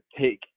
take